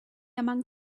among